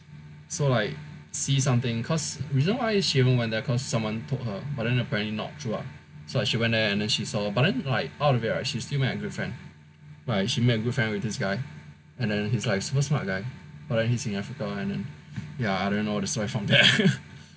so like see something cause we don't why know she even went there cause someone told her but then apparently not true ah so she went there and then she saw but then like out of it right she met a good friend like she met a good friend with this guy and then he's like a super smart guy but then he is in Africa [one] ah ya I don't know the story from there